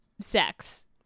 sex